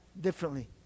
differently